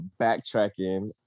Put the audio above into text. backtracking